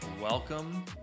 welcome